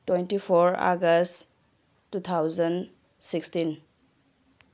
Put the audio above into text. twenty four August two thousand sixteen